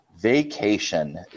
Vacation